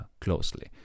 closely